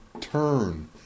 turn